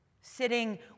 Sitting